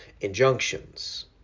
injunctions